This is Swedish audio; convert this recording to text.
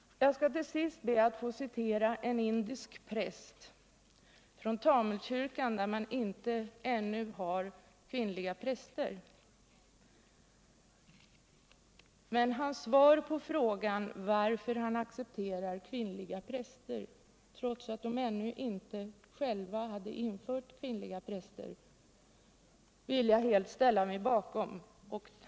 Jag skall till sist be att få citera en indisk präst från Tamulkyrkan, där man ännu ej har kvinnliga präster. Hans svar på frågan varför han accepterar kvinnliga präster, trots att de ännu inte själva hade infört sådana, vill jag helt ställa mig bakom.